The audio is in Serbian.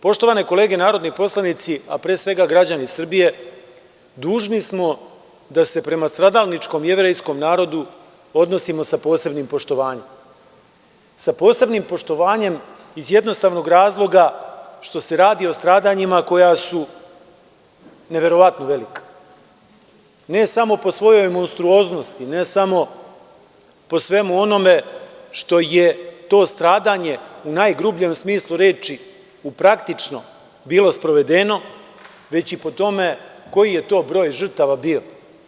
Poštovane kolege narodni poslanici, a pre svega građani Srbije, dužni smo da se prema stradalničkom jevrejskom narodu odnosimo sa posebnim poštovanjem, iz jednostavnog razloga što se radi o stradanjima koja su neverovatno velika, ne samo po svojoj monstruoznosti, ne samo po svemu onome što je to stradanje, u najgrubljem smislu reči, u praktično bilo sprovedeno, već i po tome koji je to broj žrtava bio.